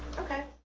okay.